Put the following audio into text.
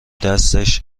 دستش